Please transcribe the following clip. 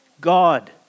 God